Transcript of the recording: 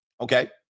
Okay